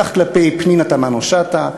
כך כלפי פנינה תמנו-שטה,